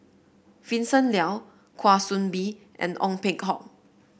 Vincent Leow Kwa Soon Bee and Ong Peng Hock